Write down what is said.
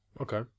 Okay